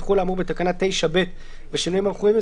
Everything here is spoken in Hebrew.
יחול האמור בתקנה 9(ב) בשינויים המחויבים.